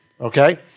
okay